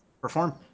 perform